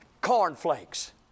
cornflakes